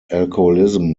alcoholism